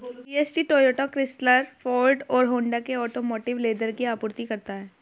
GST Toyota, Chrysler, Ford और Honda के automotive leather की आपूर्ति करता है